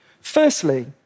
Firstly